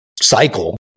cycle